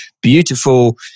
beautiful